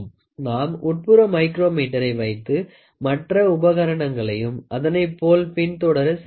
நாம் உட்புற மைக்ரோமீட்டரை வைத்து மற்ற உபகரணங்களையும் அதனைப் போல் பின்தொடர செய்யலாம்